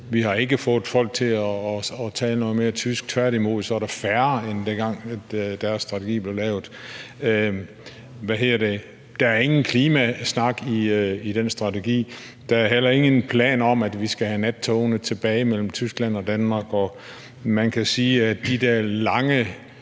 Vi har ikke fået folk til at tage noget mere tysk. Tværtimod er der færre, end dengang deres strategi blev lavet. Der er ingen klimasnak i den strategi. Der er heller ingen planer om, at vi skal have nattogene tilbage mellem Tyskland og Danmark, og man kan sige, at de der lange